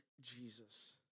Jesus